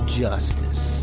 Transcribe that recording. justice